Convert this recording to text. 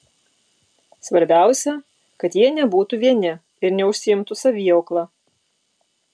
svarbiausia kad jie nebūtų vieni ir neužsiimtų saviaukla